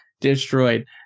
destroyed